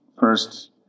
first